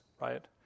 right